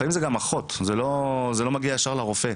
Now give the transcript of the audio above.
לפעמים זה גם אחות, זה לא מגיע ישר לרופא.